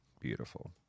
Beautiful